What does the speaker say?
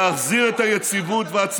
לבטל את המשפט